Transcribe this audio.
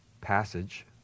passage